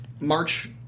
March